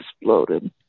exploded